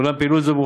אולם פעילות זו,